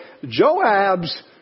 Joab's